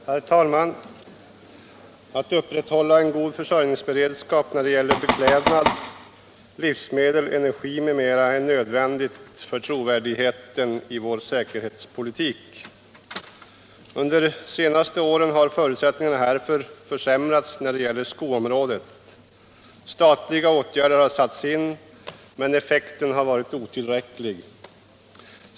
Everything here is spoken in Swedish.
Herr talman! Att upprätthålla en god försörjningsberedskap när det gäller beklädnad, livsmedel, energi m.m. är nödvändigt för trovärdigheten i vår säkerhetspolitik. Under de senaste åren har förutsättningarna härför försämrats när det gäller skoområdet. Statliga åtgärder har satts in men effekten har varit otillräcklig.